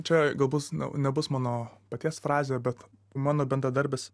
čia gal bus na nebus mano paties frazė bet mano bendradarbis